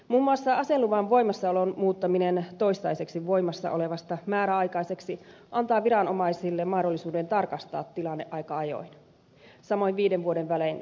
muun muassa aseluvan voimassaolon muuttaminen toistaiseksi voimassa olevasta määräaikaiseksi antaa viranomaisille mahdollisuuden tarkastaa tilanne aika ajoin samoin viiden vuoden välein suoritettava tarkastus